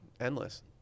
Endless